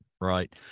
right